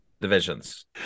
divisions